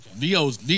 Neo's